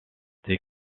des